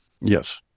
Yes